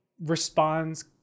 responds